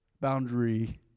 Boundary